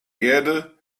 erde